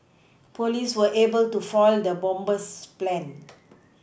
police were able to foil the bomber's plans